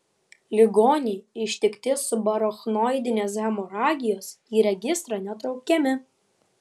ligoniai ištikti subarachnoidinės hemoragijos į registrą netraukiami